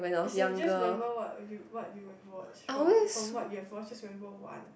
as in just remember what you what you were from what you had forced level one